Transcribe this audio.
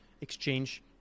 exchange